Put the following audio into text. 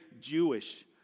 jewish